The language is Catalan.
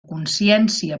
consciència